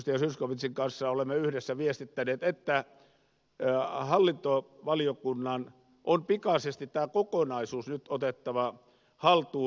zyskowiczin kanssa olemme yhdessä viestittäneet että hallintovaliokunnan on pikaisesti tämä kokonaisuus nyt otettava haltuun